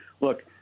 look